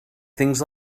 things